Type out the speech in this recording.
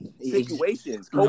situations